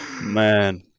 Man